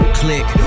click